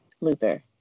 Luther